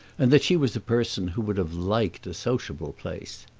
and that she was a person who would have liked a sociable place.